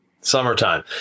Summertime